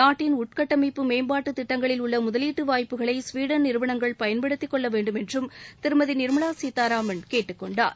நாட்டின் உள்கட்டமைப்பு மேம்பாட்டு திட்டங்களில் உள்ள முதலீட்டு வாய்ப்புகளை சுவீடன் நிறுவனங்கள் பயன்படுத்திக்கொள்ள வேண்டும் என்றும் திருமதி நிர்மலா சீதாராமன் கேட்டுக்கொண்டார்